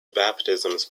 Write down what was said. baptisms